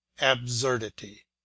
absurdity